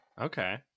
Okay